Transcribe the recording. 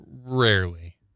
Rarely